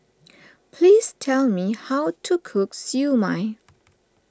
please tell me how to cook Siew Mai